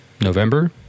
November